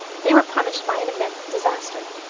they were punished by an immense disaster.